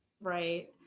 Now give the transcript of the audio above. right